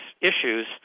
issues